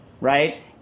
right